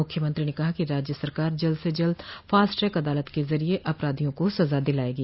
मुख्यमंत्री ने कहा कि राज्य सरकार जल्द से जल्द फास्ट ट्रैक अदालत के जरिए अपराधियों को सजा दिलाएगी